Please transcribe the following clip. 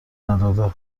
نداده